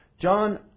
John